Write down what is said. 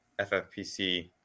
FFPC